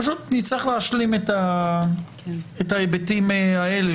פשוט נצטרך להשלים את ההיבטים האלה,